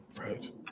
Right